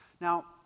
Now